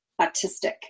autistic